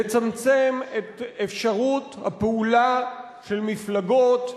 לצמצם את אפשרות הפעולה של מפלגות,